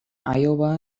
iowa